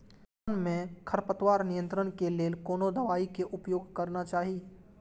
धान में खरपतवार नियंत्रण के लेल कोनो दवाई के उपयोग करना चाही?